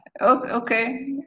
okay